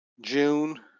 June